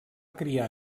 criar